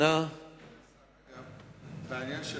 בעניין של